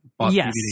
Yes